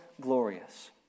glorious